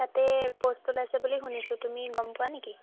তাতে প'ষ্ট ওলাইছে বুলি শুনিছো তুমি গম পোৱা নেকি